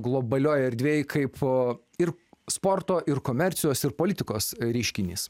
globalioj erdvėj kaipo ir sporto ir komercijos ir politikos reiškinys